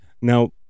now